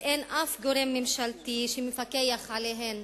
ואין אף גורם שמפקח עליהן.